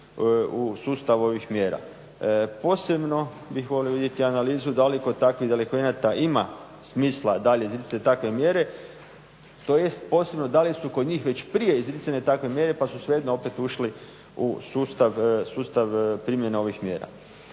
u sustav ovih mjera. Posebno bih volio vidjeti analizu da li kod takvih delikvenata ima smisla dalje izricati takve mjere, tj. posebno da li su kod njih već prije izricane takve mjere pa su svejedno opet ušli u sustav primjene ovih mjera.